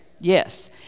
Yes